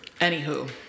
Anywho